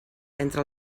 entre